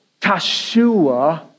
Tashua